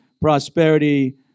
prosperity